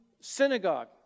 synagogue